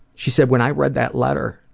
she said, when i read that letter,